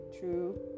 true